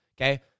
okay